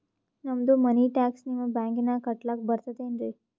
ನಮ್ದು ಮನಿ ಟ್ಯಾಕ್ಸ ನಿಮ್ಮ ಬ್ಯಾಂಕಿನಾಗ ಕಟ್ಲಾಕ ಬರ್ತದೇನ್ರಿ?